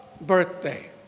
birthday